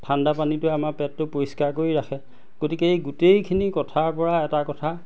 ঠাণ্ডা পানীটোৱে আমাৰ পেটটো পৰিষ্কাৰ কৰি ৰাখে গতিকে এই গোটেইখিনি কথাৰ পৰা এটা কথা